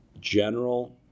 general